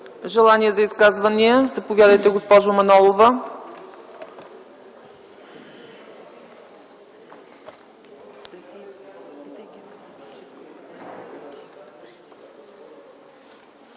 Желания за изказвания? Заповядайте, госпожо Манолова.